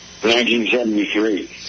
1973